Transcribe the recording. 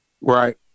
Right